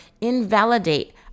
invalidate